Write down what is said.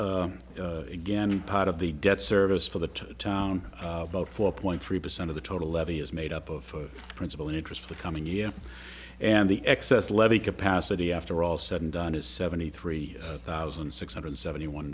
result again part of the debt service for the town about four point three percent of the total levy is made up of principal and interest for the coming year and the excess levy capacity after all said and done is seventy three thousand six hundred seventy one